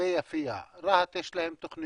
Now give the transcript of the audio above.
ולגבי יפיע, לרהט יש תוכניות